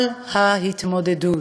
על ההתמודדות.